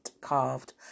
carved